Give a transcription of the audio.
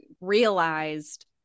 realized